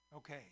Okay